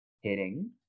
Hitting